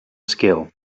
skill